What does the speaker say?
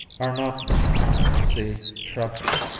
arnauten see travnik.